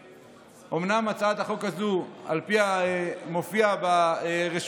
אומנם הצעת החוק הזאת, על פי המופיע ברשומות,